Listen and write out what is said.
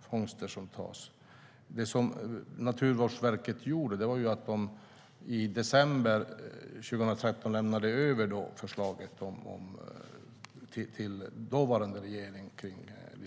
fångster som tas. Det som Naturvårdsverket gjorde var att i december 2013 lämna över förslaget kring licensjakt till dåvarande regeringen.